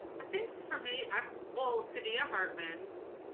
i think for me, i will saidiya hartman,